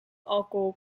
alcohol